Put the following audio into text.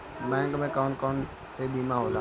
Bank में कौन कौन से बीमा होला?